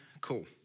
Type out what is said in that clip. Cool